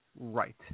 Right